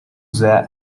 sehr